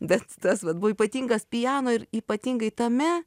bet tas vat buvo ypatingas piano ir ypatingai tame